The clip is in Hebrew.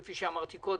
כפי שאמרתי קודם.